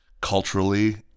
culturally